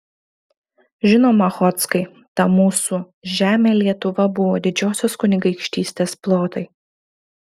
žinoma chodzkai ta mūsų žemė lietuva buvo didžiosios kunigaikštystės plotai